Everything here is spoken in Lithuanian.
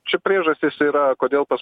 čia priežastys yra kodėl pas